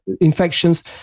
infections